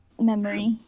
memory